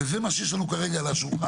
זה מה שיש לנו כרגע על השולחן,